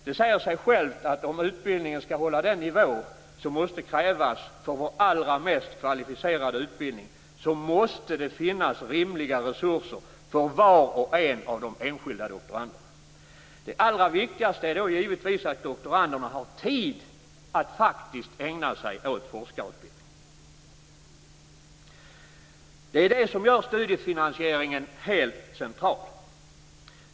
Det säger sig självt att om utbildningen skall hålla den nivå som måste krävas för vår allra mest kvalificerade utbildning måste det finnas rimliga resurser för var och en av de enskilda doktoranderna. Det allra viktigaste är då givetvis att doktoranderna har tid att faktiskt ägna sig åt forskarutbildningen. Det är det som gör studiefinansieringen helt central.